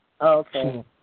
okay